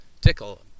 tickle